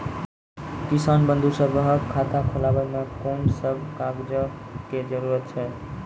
किसान बंधु सभहक खाता खोलाबै मे कून सभ कागजक जरूरत छै?